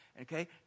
Okay